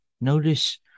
notice